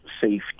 safety